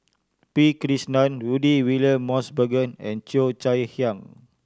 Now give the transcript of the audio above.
P Krishnan Rudy William Mosbergen and Cheo Chai Hiang